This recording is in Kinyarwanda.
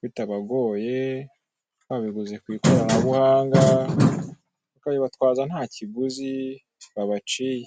bitabagoye babiguze ku ikoranabuhanga bakabibatwaza nta kiguzi babaciye.